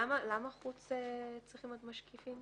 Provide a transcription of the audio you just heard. למה משרד החוץ צריך להיות משקיף?